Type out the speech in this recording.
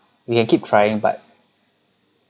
we can keep trying but